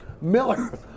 Miller